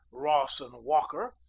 rawson walker,